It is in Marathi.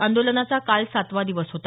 आंदोलनाचा काल सातवा दिवस होता